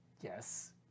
Yes